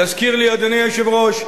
יזכיר לי אדוני היושב-ראש,